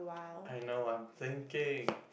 I know I'm thinking